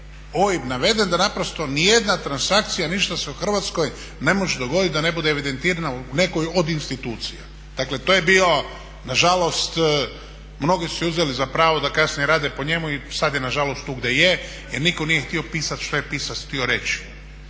OIB naveden da naprosto ni jedna transakcija, ništa se u Hrvatskoj ne može dogoditi da ne bude evidentirano u nekoj od institucija. Dakle, to je bio na žalost, mnogi su si uzeli za pravo da kasnije rade po njemu i sad je na žalost tu gdje je, jer nitko nije htio pisati što je pisac htio reći.